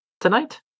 tonight